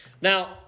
Now